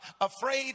afraid